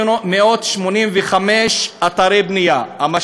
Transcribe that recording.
כ-685 אתרי בנייה לטפל בהם.